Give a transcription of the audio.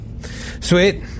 Sweet